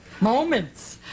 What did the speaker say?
moments